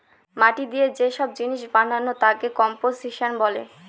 মাটি দিয়ে যে সব জিনিস বানানো তাকে কম্পোসিশন বলে